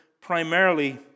primarily